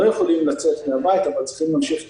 לא יכולים לצאת מן הבית אבל צריכים להמשיך טיפול.